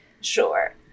Sure